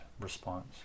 response